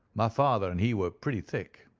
my father and he were pretty thick.